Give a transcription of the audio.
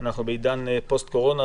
אנחנו בעידן פוסט קורונה,